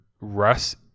Russ